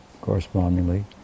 correspondingly